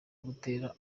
buteera